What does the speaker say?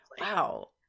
wow